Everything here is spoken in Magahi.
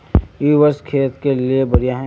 इ वर्षा खेत के लिए बढ़िया है?